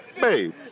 Babe